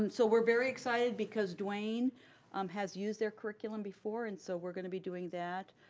um so we're very excited because dwayne um has used their curriculum before and so we're going to be doing that.